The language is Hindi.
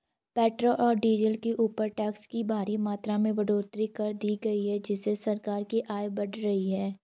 पेट्रोल और डीजल के ऊपर टैक्स की भारी मात्रा में बढ़ोतरी कर दी गई है जिससे सरकार की आय बढ़ रही है